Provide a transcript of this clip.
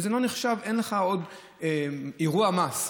זה לא נחשב, אין לך עוד אירוע מס.